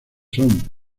son